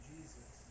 Jesus